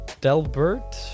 Delbert